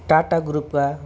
Tata ग्रुपका